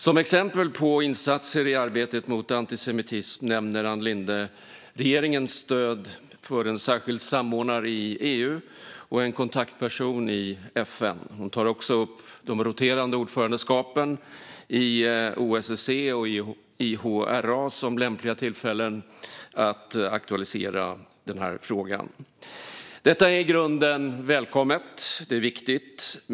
Som exempel på insatser i arbetet mot antisemitism nämner Ann Linde regeringens stöd för en särskild samordnare i EU och en kontaktperson i FN. Hon tar också upp de roterande ordförandeskapen i OSSE och IHRA som lämpliga tillfällen för att aktualisera frågan. Detta är i grunden välkommet och viktigt.